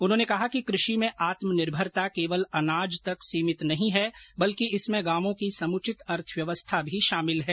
उन्होंने कहा कि कृषि में आत्मनिर्भरता केवल अनाज तक सीमित नहीं है बल्कि इसमें गांवों की समुचित अर्थव्यवस्था भी शामिल है